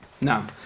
Now